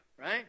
right